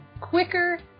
quicker